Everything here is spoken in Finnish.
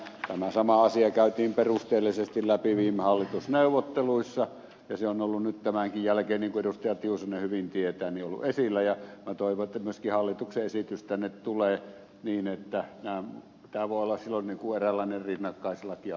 tämä sama asia käytiin perusteellisesti läpi viime hallitusneuvotteluissa ja se on ollu mittava jälkeinen peruste jos hyvin tietää millaisilla ja antoivat baskihallituksen esitystä nyt tämänkin jälkeen niin että lämmin ja vuolas iloinen kuorolainen ryhmä kaislat ja